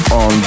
on